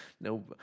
no